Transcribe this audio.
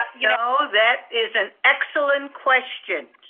but you know that is an excellent question.